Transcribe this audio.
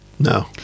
No